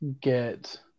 get